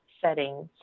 settings